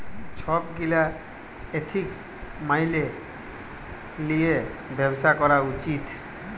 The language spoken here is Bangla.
ছব গীলা এথিক্স ম্যাইলে লিঁয়ে ব্যবছা ক্যরা উচিত